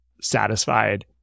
satisfied